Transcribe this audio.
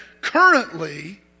currently